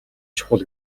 чухал